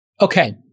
Okay